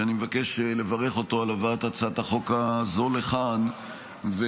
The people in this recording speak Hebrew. שאני מבקש לברך אותו על הבאת הצעת החוק הזו לכאן ולהשתתף